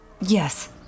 Yes